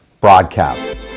broadcast